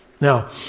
Now